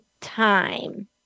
time